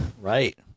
Right